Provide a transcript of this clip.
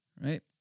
Right